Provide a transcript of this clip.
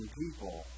people